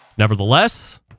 Nevertheless